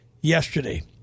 yesterday